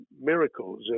miracles